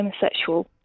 homosexual